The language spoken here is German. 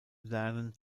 lernen